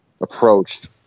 approached